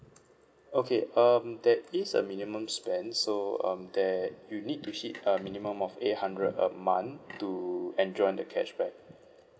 okay um that is a minimum spend so um there you need to hit a minimum of eight hundred a month to enjoy the cashback